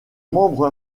membre